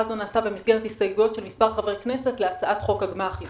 הזאת נעשתה במסגרת הסתייגויות של כמה חברי כנסת להצעת חוק הגמ"חים